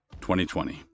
2020